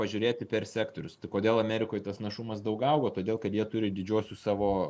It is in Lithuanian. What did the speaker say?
pažiūrėti per sektorius tai kodėl amerikoj tas našumas daug augo todėl kad jie turi didžiuosius savo